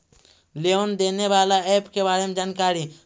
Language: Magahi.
लोन देने बाला ऐप के बारे मे जानकारी?